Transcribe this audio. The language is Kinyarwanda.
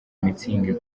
mutzig